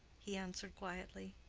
he answered, quietly.